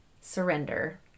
surrender